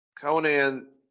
conan